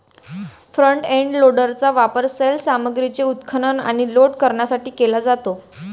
front end लोडरचा वापर सैल सामग्रीचे उत्खनन आणि लोड करण्यासाठी केला जातो